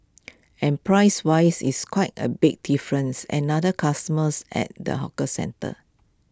and prices wise it's quite A big difference another customers at the hawker centre